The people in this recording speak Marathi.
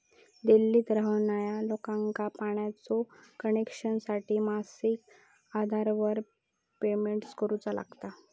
दिल्लीत रव्हणार्या लोकांका पाण्याच्या कनेक्शनसाठी मासिक आधारावर पेमेंट करुचा लागता